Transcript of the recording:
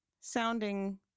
sounding